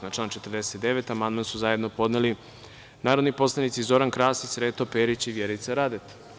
Na član 49. amandman su zajedno podneli narodni poslanici Zoran Krasić, Sreto Perić i Vjerica Radeta.